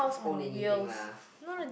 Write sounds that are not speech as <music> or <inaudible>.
own anything lah <breath>